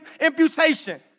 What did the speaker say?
imputation